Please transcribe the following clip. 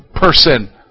person